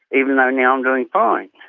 even though now i'm doing fine.